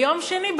ביום שני,